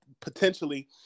potentially